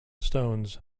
stones